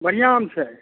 बढ़िआँ आम छै